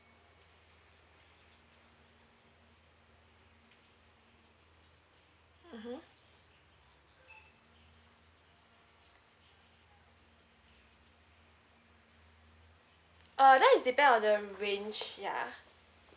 mmhmm uh that is depend on the range ya